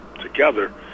together